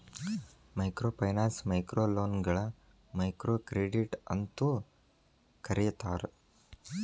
microfinance ಮೈಕ್ರೋಲೋನ್ಗಳ microcredit ಅಂತೂ ಕರೇತಾರ